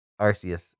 Arceus